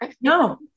No